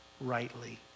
rightly